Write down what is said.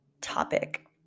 topic